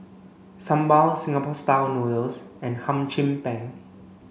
Sambal Singapore style noodles and Hum Chim Peng